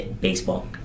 baseball